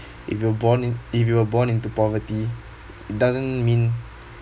if you were born in if you were born into poverty doesn't mean